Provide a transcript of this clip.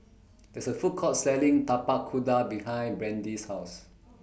There IS A Food Court Selling Tapak Kuda behind Brandi's House